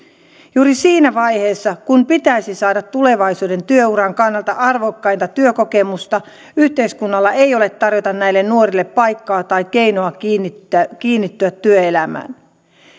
juuri siinä vaiheessa kun pitäisi saada tulevaisuuden työuran kannalta arvokkainta työkokemusta yhteiskunnalla ei ole tarjota näille nuorille paikkaa tai keinoa kiinnittyä työelämään